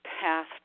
path